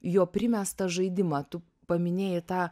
jo primestą žaidimą tu paminėjai tą